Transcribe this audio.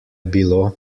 bilo